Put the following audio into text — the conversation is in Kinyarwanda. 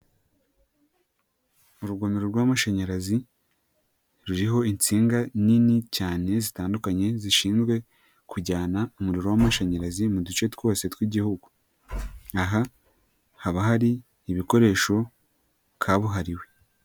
Urugomero rw'amashanyarazi ruriho insinga nini cyane zitandukanye zishinzwe kujyana umuriro w'amashanyarazi mu duce twose tw'igihugu, aha haba hari ibikoresho kabuhariwe.